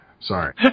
sorry